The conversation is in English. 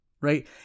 Right